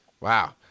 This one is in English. Wow